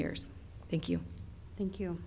years thank you thank you